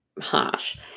harsh